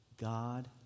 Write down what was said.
God